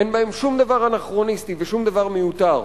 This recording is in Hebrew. אין בהן שום דבר אנכרוניסטי ושום דבר מיותר.